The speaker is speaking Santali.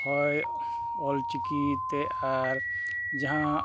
ᱦᱳᱭ ᱚᱞᱪᱤᱠᱤ ᱛᱮ ᱟᱨ ᱡᱟᱦᱟᱸ